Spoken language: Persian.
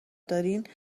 دارین